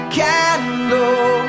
candle